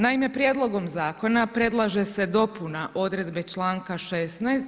Naime, prijedlogom zakona predlaže se dopuna odredbe članka 16.